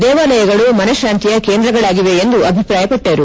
ದೇವಾಲಯಗಳು ಮನಶ್ಯಾಂತಿಯ ಕೇಂದ್ರಗಳಾಗಿವೆ ಎಂದು ಅಭಿಪ್ರಾಯಪಟ್ಟರು